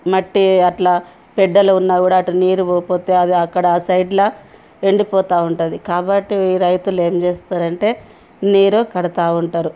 మట్టి అట్లా బెడ్డలు ఉన్నా కూడా అట్టా నీరు పోకపోతే అది అక్కడ ఆ సైడ్లా ఎండిపోతూ ఉంటుంది కాబట్టి రైతులు ఏం చేస్తారంటే నీరు కడుతూ ఉంటారు